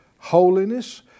Holiness